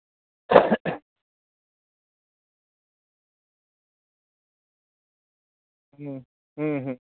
ᱦᱩᱸ ᱦᱩᱸ ᱦᱩᱸ